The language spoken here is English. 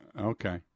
Okay